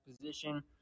position